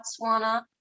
Botswana